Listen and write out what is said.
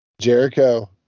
Jericho